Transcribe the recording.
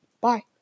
Bye